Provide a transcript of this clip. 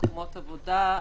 מקומות עבודה,